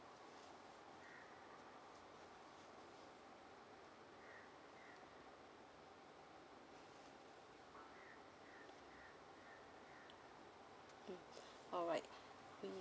mm alright mm